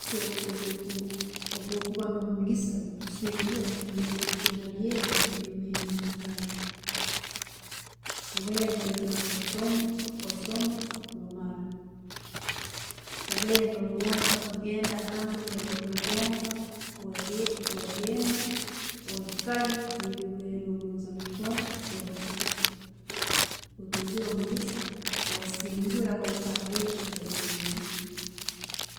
Obo kuba no'mugisa mukusingura, oyikere halebyo ebyo'kubaire no'wetaga, Obweira obaire no'yetaaga kusoma, wasooma, wamaara. Obweira obayaire no'yenda kugenda ahantu nambire okwegomba, wagenda, wahiikayo, ne'byobaire no'gonza kukora, wabikora otungire omugisa, wasingura waika hali ekyo kyobaire no'wegomba.